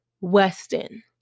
Weston